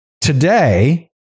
Today